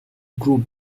group